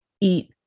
eat